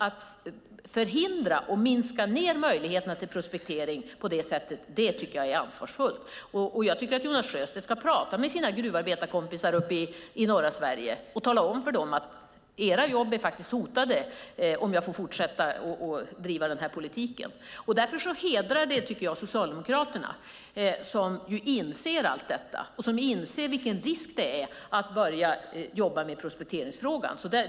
Att förhindra och minska möjligheterna till prospektering på det här sättet tycker jag inte är ansvarsfullt. Jag tycker att Jonas Sjöstedt ska prata med sina gruvarbetarkompisar uppe i norra Sverige och tala om för dem att deras jobb är hotade om han får fortsätta att driva den här politiken. Därför tycker jag att det hedrar Socialdemokraterna att de inser allt detta. De inser vilken risk det är att börja jobba med prospekteringsfrågan.